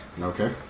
Okay